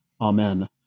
Amen